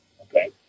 Okay